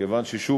כיוון ששוב,